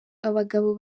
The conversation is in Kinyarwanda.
abagabo